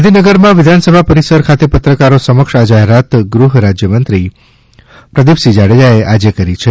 ગાંધીનગરમાં વિધાનસભા પરિસર ખાતે પત્રકારો સમક્ષ આ જાહેરાત ગૃહ રાજય મંત્રી પ્રદીપસિંહ જાડેજાએ આજે કરી છે